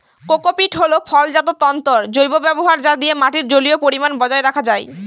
cocopeat হল ফলজাত তন্তুর জৈব ব্যবহার যা দিয়ে মাটির জলীয় পরিমান বজায় রাখা যায়